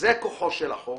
וזה כוחו של החוק,